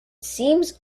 seems